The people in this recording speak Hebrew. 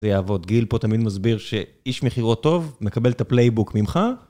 זה יעבוד, גיל פה תמיד מסביר שאיש מחירות טוב מקבל את הפלייבוק ממך.